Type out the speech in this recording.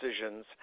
decisions